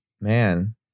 Man